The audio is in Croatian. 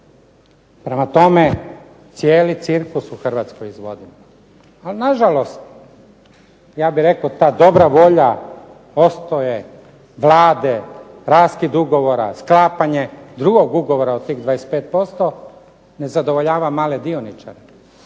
Prema tome, cijeli cirkus u Hrvatskoj izvodimo. Ali na žalost, ja bih rekao ta dobra volja Ostoje, Vlade, raskid ugovora, sklapanje drugog ugovora od tih 25% ne zadovoljava male dioničare,